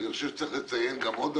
ואני חושב שצריך לציין גם עוד דבר,